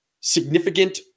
significant